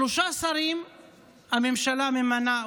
שלושה שרים הממשלה ממנה,